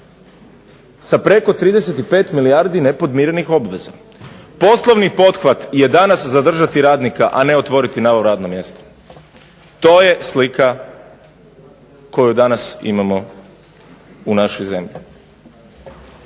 sa preko 35 milijardi nepodmirenih obveza. Poslovni pothvat je danas zadržati radnika, a ne otvoriti novo radno mjesto. To je slika koju danas imamo u našoj zemlji.